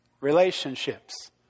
Relationships